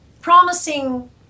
promising